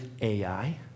Ai